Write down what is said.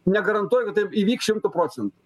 negarantuoju kad taip įvyks šimtu procentų